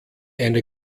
eine